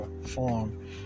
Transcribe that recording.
form